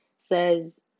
says